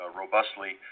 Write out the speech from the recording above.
robustly